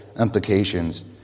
implications